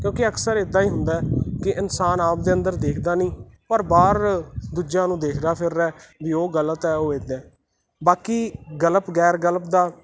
ਕਿਉਂਕਿ ਅਕਸਰ ਇੱਦਾਂ ਹੀ ਹੁੰਦਾ ਕਿ ਇਨਸਾਨ ਆਪ ਦੇ ਅੰਦਰ ਦੇਖਦਾ ਨਹੀਂ ਪਰ ਬਾਹਰ ਦੂਜਿਆਂ ਨੂੰ ਦੇਖਦਾ ਫਿਰਦਾ ਵੀ ਉਹ ਗਲਤ ਹੈ ਉਹ ਇੱਦਾਂ ਬਾਕੀ ਗਲਪ ਗੈਰ ਗਲਪ ਦਾ